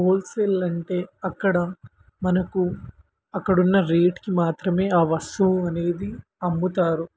wholesale అంటే అక్కడ మనకు అక్కడున్న రేట్కి మాత్రమే ఆ వస్తువు అనేది అమ్ముతారు